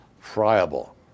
friable